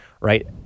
right